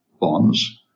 bonds